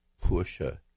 pusher